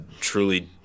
truly